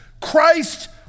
Christ